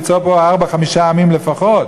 ליצור פה ארבעה-חמישה עמים לפחות.